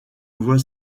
voie